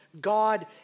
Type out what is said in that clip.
God